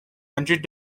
hundred